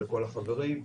ולכל החברים.